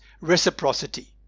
reciprocity